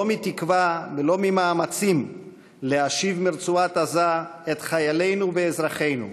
לא מתקווה ולא ממאמצים להשיב מרצועת-עזה את חיילינו ואזרחינו,